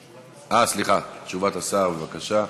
סליחה, תשובת השר, בבקשה.